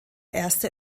erste